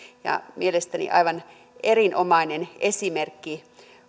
mielestäni aivan erinomainen esimerkki